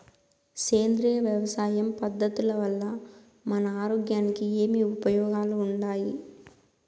సేంద్రియ వ్యవసాయం పద్ధతుల వల్ల మన ఆరోగ్యానికి ఏమి ఉపయోగాలు వుండాయి?